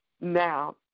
now